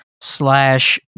slash